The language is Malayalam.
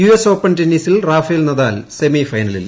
യു എസ് ഓപ്പൺ ടെന്നീസിൽ റഫേൽ നദാൽ സെമിഫൈനലിൽ